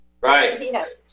Right